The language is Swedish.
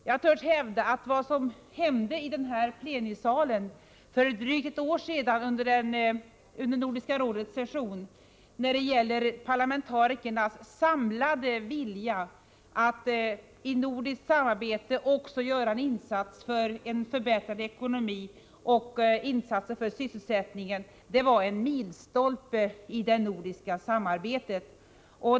Jag törs hävda att det som hände i denna plenisal under Nordiska rådets session för drygt ett år sedan i fråga om parlamentarikernas samlade vilja att göra en insats också för en förbättrad ekonomi och för sysselsättningen var en milstolpe i det nordiska samarbetet.